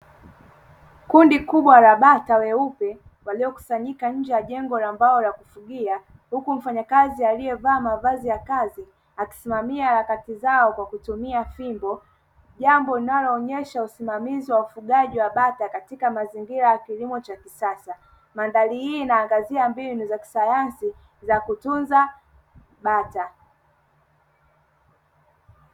Kundi kubwa la bata weupe walikusanyika nje ya jengo la mbao la kukulia, huku mfanyakazi aliyevaa mavazi ya kazi akisimamia harakati zao kwa kutumia fimbo. Jambo linaloonyesha ufanisi wa ufugaji wa bata katika mazingira ya kilimo cha kisasa. Mandhari hii inaangazia mbinu za kisayansi za kutunza bata.